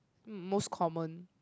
m~ most common